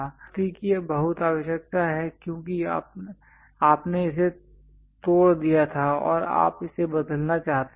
पुनरावृत्ति की बहुत आवश्यकता है क्योंकि आपने इसे तोड़ दिया था और आप इसे बदलना चाहते हैं